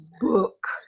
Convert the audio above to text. book